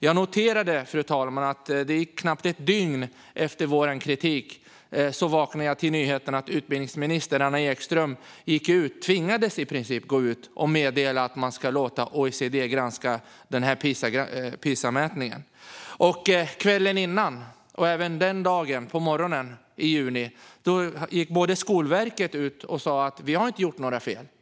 Jag noterade, fru talman, att jag knappt ett dygn efter vår kritik vaknade till nyheten att utbildningsminister Anna Ekström gick ut - i princip tvingades gå ut - och meddelade att man ska låta OECD granska PISA-mätningen. Kvällen innan och även på morgonen samma dag i juni gick Skolverket ut och sa: Vi har inte gjort några fel.